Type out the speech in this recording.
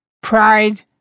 pride